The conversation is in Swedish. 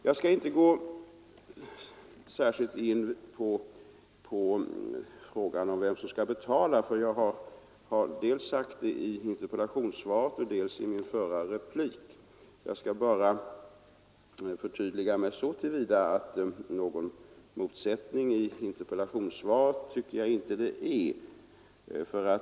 Jag skall inte gå särskilt in på frågan om vem som skall betala, eftersom jag har sagt det dels i interpellationssvaret, dels i mitt förra inlägg. Jag vill bara förtydliga mig så till vida att någon motsättning tyckte jag inte att det fanns i interpellationssvaret.